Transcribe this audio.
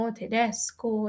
tedesco